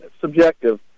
subjective